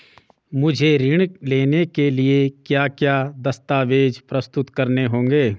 मुझे ऋण लेने के लिए क्या क्या दस्तावेज़ प्रस्तुत करने होंगे?